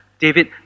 David